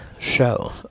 show